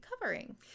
covering